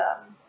um